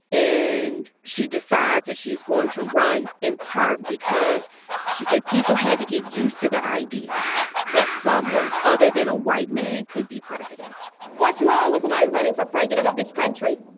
and she decides that she's going to run, in part because she said people had to get used to the idea that someone other than a white man could be president what's wrong with my running for president of this country?